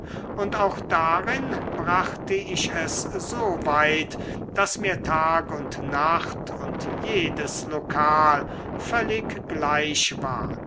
und auch darin brachte ich es so weit daß mir tag und nacht und jedes lokal völlig gleich war